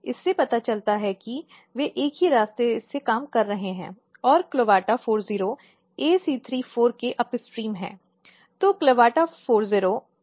इससे पता चलता है कि वे एक ही रास्ते से काम कर रहे हैं और CLAVATA40 ACR4 के अपस्ट्रीम है